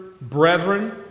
brethren